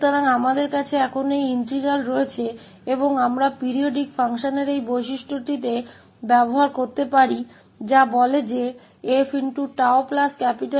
तो अब हमारे पास यह समाकलन है और हम आवर्त फलन के इस गुण का उपयोग कर सकते हैं जो कहता है कि 𝑓𝜏 𝑇 𝑓𝜏